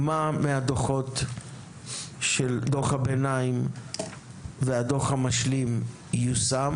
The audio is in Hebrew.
מה מבין הדו"חות של דו"ח הביניים והדו"ח המשלים יושם